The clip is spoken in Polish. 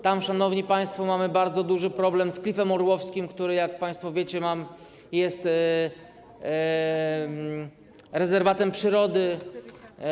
Tam, szanowni państwo, mamy bardzo duży problem z Klifem Orłowskim, który jak państwo wiecie, jest rezerwatem przyrody.